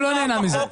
הוא לא נהנה מזה.